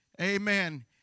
Amen